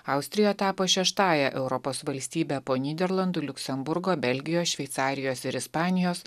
austrija tapo šeštąja europos valstybe po nyderlandų liuksemburgo belgijos šveicarijos ir ispanijos